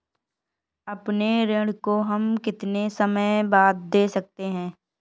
अपने ऋण को हम कितने समय बाद दे सकते हैं?